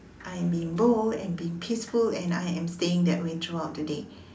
I am being bold and being peaceful and I am staying that way throughout the day